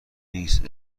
نیست